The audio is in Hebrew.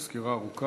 זו סקירה ארוכה,